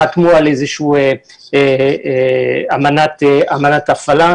חתמו על איזושהי אמנת הפעלה,